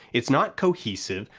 it's not cohesive,